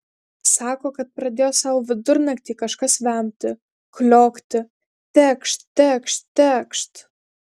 sako kad pradėjo sau vidurnaktį kažkas vemti kliokti tekšt tekšt tekšt